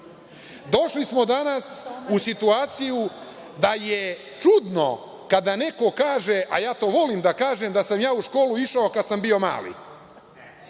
Došli smo danas u situaciju da je čudno kada neko kaže, a ja to volim da kažem, da sam ja u školu išao kada sam bio mali.